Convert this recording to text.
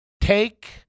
Take